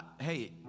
Hey